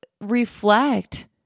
reflect